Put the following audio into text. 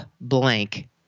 blank